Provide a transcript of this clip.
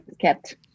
kept